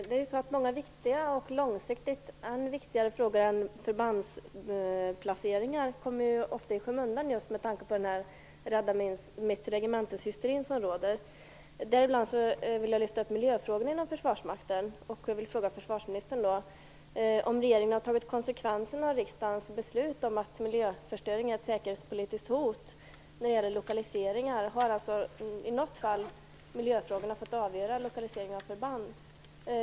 Herr talman! Många långsiktigt viktigare frågor än förbandsplaceringar kommer ofta i skymundan i den rädda-mitt-regemente-hysteri som råder. Jag vill lyfta fram miljöfrågorna inom Försvarsmakten, och jag vill fråga försvarsministern om regeringen när det gäller lokaliseringar har tagit konsekvenserna av riksdagens beslut om att miljöförstöring är ett säkerhetspolitiskt hot. Har miljöfrågorna i något fall fått avgöra lokaliseringen av förband?